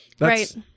right